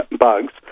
bugs